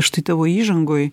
štai tavo įžangoj